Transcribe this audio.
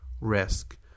risk